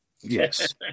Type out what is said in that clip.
Yes